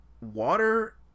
Water